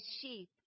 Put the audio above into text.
sheep